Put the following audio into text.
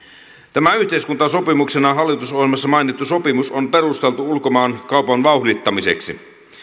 tämä yhteiskuntasopimuksena hallitusohjelmassa mainittu sopimus on perusteltu ulkomaankaupan vauhdittamiseksi